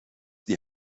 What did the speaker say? die